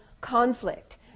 conflict